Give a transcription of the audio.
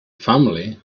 family